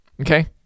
Okay